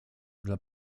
dla